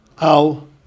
al